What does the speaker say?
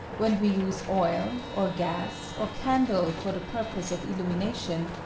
when we use oil, or gas, or candle for the pur pose of illumination,